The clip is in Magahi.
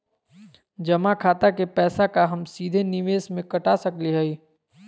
जमा खाता के पैसा का हम सीधे निवेस में कटा सकली हई?